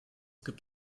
gibt